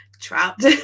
trapped